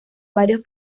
varios